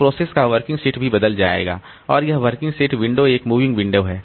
तो प्रोसेस का working set भी बदल जाएगा और यह वर्किंग सेट विंडो एक मूविंग विंडो है